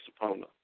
opponent